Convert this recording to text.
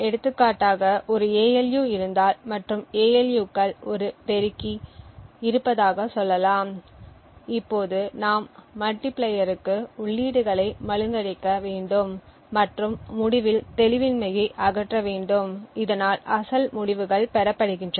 எடுத்துக்காட்டாக ஒரு ALU இருந்தால் மற்றும் ALU க்குள் ஒரு பெருக்கி இருப்பதாக சொல்லலாம் இப்போது நாம் மல்டிபிளையர்க்கு உள்ளீடுகளை மழுங்கடிக்க வேண்டும் மற்றும் முடிவில் தெளிவின்மையை அகற்ற வேண்டும் இதனால் அசல் முடிவுகள் பெறப்படுகின்றன